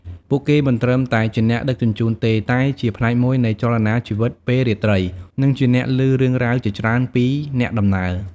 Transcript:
ពួកគេមិនត្រឹមតែជាអ្នកដឹកជញ្ជូនទេ តែជាផ្នែកមួយនៃចលនាជីវិតពេលរាត្រី និងជាអ្នកឮរឿងរ៉ាវជាច្រើនពីអ្នកដំណើរ។